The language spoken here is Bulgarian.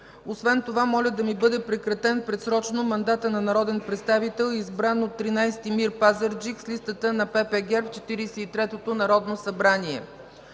Освен това моля да ми бъде прекратен предсрочно мандатът на народен представител, избран от 13. МИР – Пазарджик, с листата на ПП ГЕРБ в Четиридесет и третото Народно събрание.